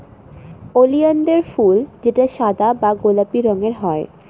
ওলিয়ানদের ফুল যেটা সাদা বা গোলাপি রঙের হয়